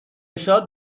شاد